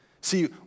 See